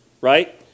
right